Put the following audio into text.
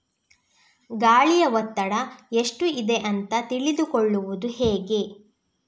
ಗಾಳಿಯ ಒತ್ತಡ ಎಷ್ಟು ಇದೆ ಅಂತ ತಿಳಿದುಕೊಳ್ಳುವುದು ಹೇಗೆ?